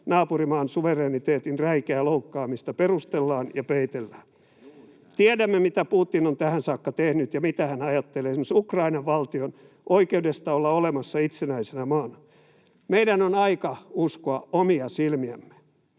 naapurimaan suvereniteetin räikeää loukkaamista perustellaan ja peitellään. [Eduskunnasta: Juuri näin!] Tiedämme, mitä Putin on tähän saakka tehnyt ja mitä hän ajattelee esimerkiksi Ukrainan valtion oikeudesta olla olemassa itsenäisenä maana. Meidän on aika uskoa omia silmiämme.